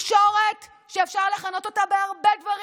מתקשורת שאפשר לכנות אותה בהרבה דברים,